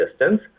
distance